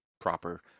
proper